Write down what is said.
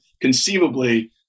conceivably